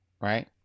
right